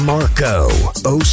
Marco